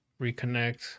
reconnect